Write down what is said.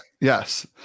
Yes